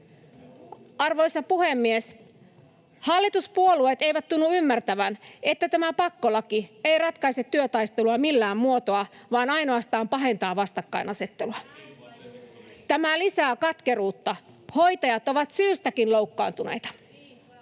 Arvoisa puhemies! Hallituspuolueet eivät tunnu ymmärtävän, että tämä pakkolaki ei ratkaise työtaistelua millään muotoa, vaan ainoastaan pahentaa vastakkainasettelua. Tämä lisää katkeruutta, hoitajat ovat syystäkin loukkaantuneita.